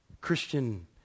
Christian